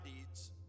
deeds